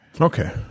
Okay